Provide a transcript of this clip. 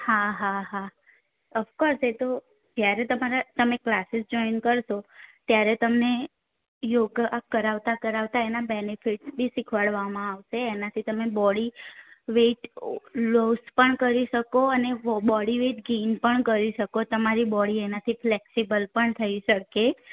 હા હા હા ઓફકોર્સ એ તો ક્યારે તમારા તમે ક્લાસીસ જોઈન કરશો ત્યારે તમને યોગ કરાવતા કરાવતા એના બેનિફિટ્સ બી શીખવાડવામાં આવશે એનાથી તમે બોડી વેઈટ લોસ પણ કરી શકો અને બોડી વેઈટ ગેઈન પણ કરી શકો તમારી બોડી એનાથી ફ્લેક્સિબલ પણ થઈ શકે